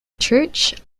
church